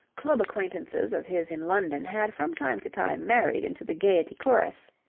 club acquaintances of his in london had from time to time married into the gaiety chorus,